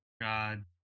God